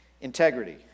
Integrity